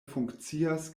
funkcias